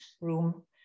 room